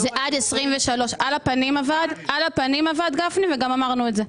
על הפנים עבד, גפני, וגם אמרנו את זה.